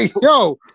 yo